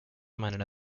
manera